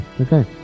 okay